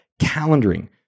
calendaring